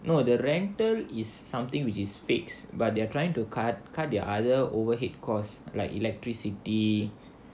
no the rental is something which is fixed but they're trying to cut cut their other overhead costs like electricity